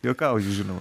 juokauju žinoma